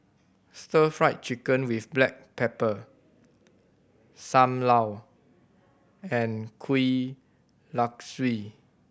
Stir Fried Chicken with black pepper Sam Lau and kuih Laswi